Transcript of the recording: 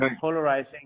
polarizing